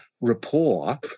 rapport